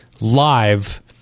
live